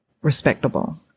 Respectable